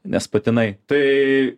nes patinai tai